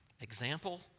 Example